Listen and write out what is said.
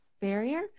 barrier